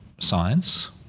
science